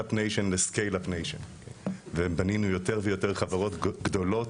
מסטארט-אפ ניישן לסקייל-אפ ניישן ובנינו יותר ויותר חברות גדולות,